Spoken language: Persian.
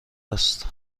است